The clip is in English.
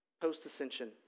Post-ascension